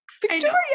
Victoria